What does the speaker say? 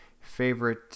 favorite